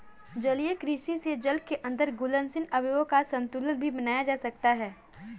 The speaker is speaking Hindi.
जलीय कृषि से जल के अंदर घुलनशील अवयवों का संतुलन भी बनाया जा सकता है